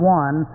one